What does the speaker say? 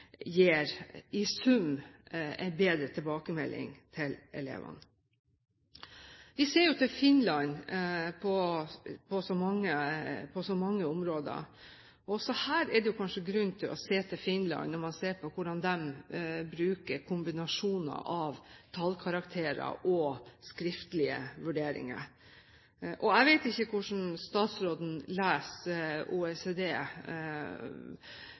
bedre tilbakemelding til elevene. Vi ser jo til Finland på så mange områder. Også her er det jo kanskje grunn til å se til Finland, når man ser på hvordan de bruker kombinasjonen av tallkarakterer og skriftlige vurderinger. Jeg vet ikke hvordan statsråden leser OECD,